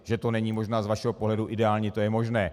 Že to není možná z vašeho pohledu ideální, to je možné.